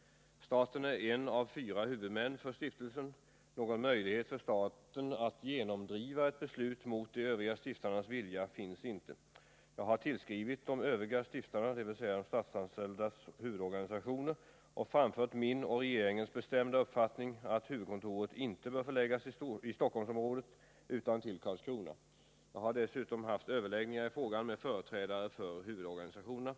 Staten är en av fyra huvudmän för stiftelsen. Någon möjlighet för staten att genomdriva ett beslut mot de övriga stiftarnas vilja finns inte. Jag har tillskrivit de övriga stiftarna, dvs. de statsanställdas huvudorganisationer, och framfört min och regeringens bestämda uppfattning att huvudkontoret inte bör förläggas i Stockholmsområdet utan till Karlskrona. Jag har dessutom haft överläggningar i frågan med företrädare för huvudorganisationerna.